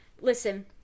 Listen